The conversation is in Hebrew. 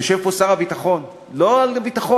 יושב פה שר הביטחון, לא על הביטחון.